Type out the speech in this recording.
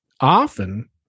often